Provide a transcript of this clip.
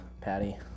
Patty